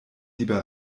lieber